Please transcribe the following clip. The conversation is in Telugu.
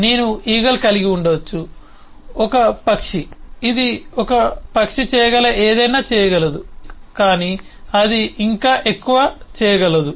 నేను ఈగిల్ కలిగి ఉండవచ్చు ఒక పక్షి ఇది పక్షి చేయగల ఏదైనా చేయగలదు కానీ అది ఇంకా ఎక్కువ చేయగలదు